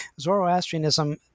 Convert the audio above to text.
Zoroastrianism